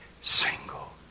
single